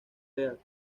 east